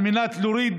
על מנת להוריד